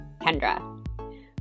Kendra